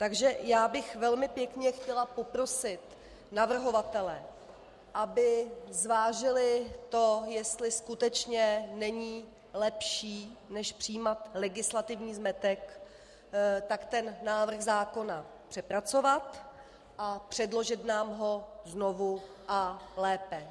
Takže já bych velmi pěkně chtěla poprosit navrhovatele, aby zvážili to, jestli skutečně není lepší než přijímat legislativní zmetek návrh zákona přepracovat a předložit nám ho znovu a lépe.